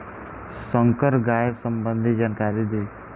संकर गाय संबंधी जानकारी दी?